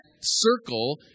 circle